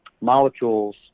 molecules